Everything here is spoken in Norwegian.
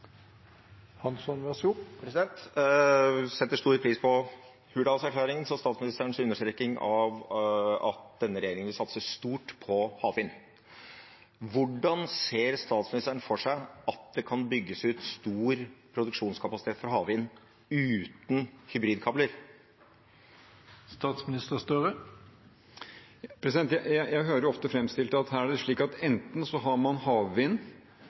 Hansson – til oppfølgingsspørsmål. Jeg setter stor pris på Hurdalsplattformens og statsministerens understreking av at denne regjeringen vil satse stort på havvind. Hvordan ser statsministeren for seg at det kan bygges ut stor produksjonskapasitet for havvind uten hybridkabler? Jeg hører ofte framstilt at her er det slik at enten har man havvind